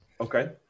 Okay